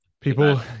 people